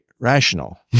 rational